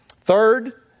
third